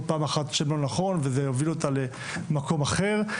פעם אחת שם לא נכון וזה הוביל אותה למקום אחר.